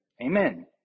Amen